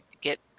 get